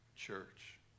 church